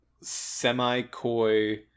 semi-coy